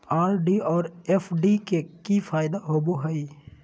RD और FD के की फायदा होबो हइ?